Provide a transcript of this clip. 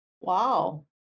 Wow